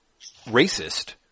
racist